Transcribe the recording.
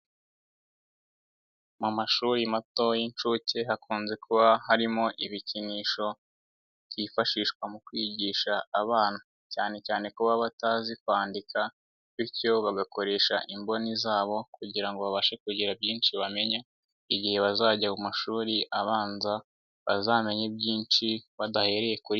Mu mashuri mato y'inshuke hakunze kuba harimo ibikinisho, byifashishwa mu kwigisha abana cyane cyane kuba batazi kwandika, bityo bagakoresha imboni zabo kugira ngo babashe kugira byinshi bamenya, igihe bazajya mu mashuri abanza, bazamenye byinshi badahereye kuri.